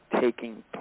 taking